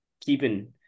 keeping